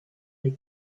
they